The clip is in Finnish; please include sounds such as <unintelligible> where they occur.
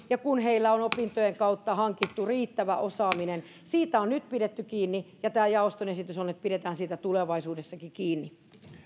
<unintelligible> ja kun heillä on opintojen kautta hankittu riittävä osaaminen siitä on nyt pidetty kiinni ja tämä jaoston esitys on on että pidetään siitä tulevaisuudessakin kiinni